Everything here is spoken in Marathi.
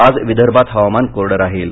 आज विदर्भात हवामान कोरडं राहील